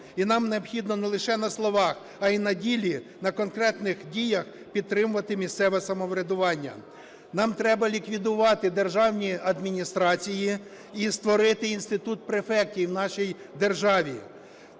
І нам необхідно не лише на словах, а і на ділі, на конкретних діях підтримувати місцеве самоврядування. Нам треба ліквідувати державні адміністрації і створити інститут префектів в нашій державі.